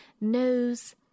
nose